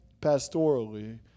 pastorally